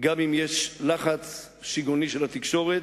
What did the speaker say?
גם אם יש לחץ שיגעוני של התקשורת,